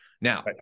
Now